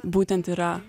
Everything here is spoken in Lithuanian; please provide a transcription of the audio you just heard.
būtent yra